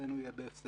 ושכרנו יהיה בהפסדנו.